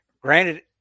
Granted